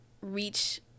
reach